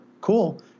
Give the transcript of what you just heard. cool